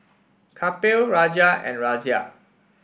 Kapil Raja and Razia